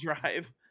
drive